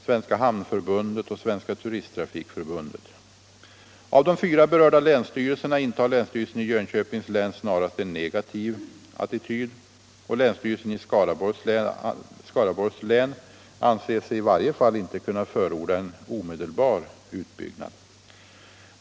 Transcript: Svenska hamnförbundet och Svenska turisttrafikförbundet. Av de fyra berörda länsstyrelserna intar länsstyrelsen i Jönköpings län snarast en negativ attityd, och länsstyrelsen i Skaraborgs län anser sig i varje fall inte kunna förorda en omedelbar utbyggnad.